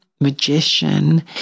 magician